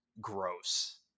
gross